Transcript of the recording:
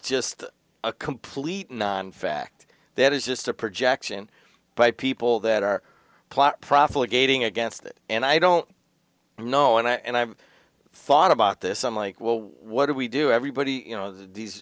just a complete non fact that is just a projection by people that are plot prafulla gating against it and i don't know and i thought about this i'm like well what do we do everybody you know these